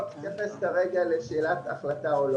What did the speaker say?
אני לא מתייחס כרגע לשאלת החלטה או לא.